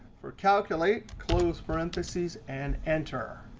for calculate, close parentheses, and enter.